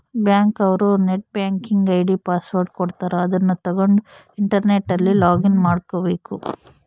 bank ಅವ್ರು net banking ID password ಕೊಡ್ತಾರ ಅದುನ್ನ ತಗೊಂಡ್ ಇಂಟರ್ನೆಟ್ ಅಲ್ಲಿ ಲೊಗಿನ್ ಮಾಡ್ಕಬೇಕು